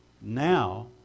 now